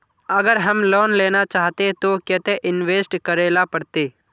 अगर हम लोन लेना चाहते तो केते इंवेस्ट करेला पड़ते?